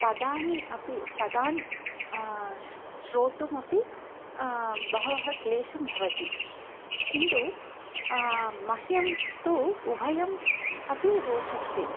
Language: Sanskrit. पदानि अपि पदानि श् श्रोतुमपि बहवः क्लेशाः भवन्ति किन्तु मह्यं तु उभयम् अपि रोचते